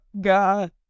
God